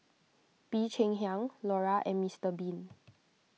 Bee Cheng Hiang Iora and Mister Bean